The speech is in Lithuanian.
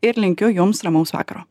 ir linkiu jums ramaus vakaro